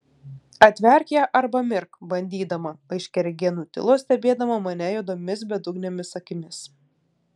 atverk ją arba mirk bandydama aiškiaregė nutilo stebėdama mane juodomis bedugnėmis akimis